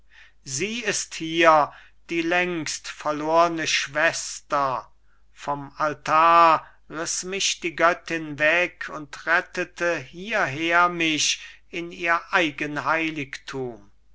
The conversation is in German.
sie ist hier die längst verlorne schwester vom altar riß mich die göttin weg und rettete hierher mich in ihr eigen heiligthum